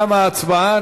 תמה ההצבעה.